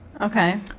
Okay